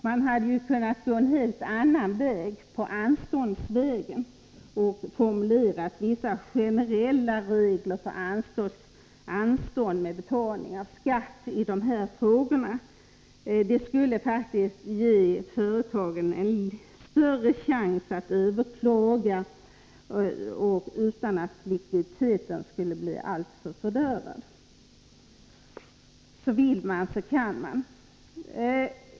Man skulle kunna gå en helt annan väg, nämligen anståndsvägen, och formulera vissa generella regler för anstånd med betalning av skatt i sådana här sammanhang. Det skulle faktiskt ge företagen en större chans att överklaga utan att likviditeten blev helt fördärvad. Vill man, så kan man.